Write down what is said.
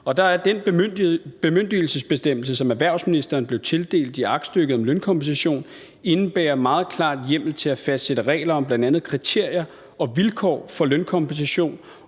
bagudrettet. Den bemyndigelsesbestemmelse, som erhvervsministeren blev tildelt i aktstykket om lønkompensation, indebærer meget klart hjemmel til at fastsætte regler om bl.a. kriterier og vilkår for lønkompensation